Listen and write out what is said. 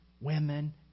women